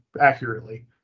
accurately